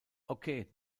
okay